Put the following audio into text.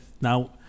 Now